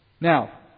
Now